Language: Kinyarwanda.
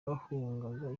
bahungaga